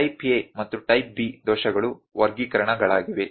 ಆದ್ದರಿಂದ type A ಮತ್ತು type B ದೋಷಗಳು ವರ್ಗೀಕರಣಗಳಾಗಿವೆ